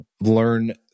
learn